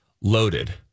loaded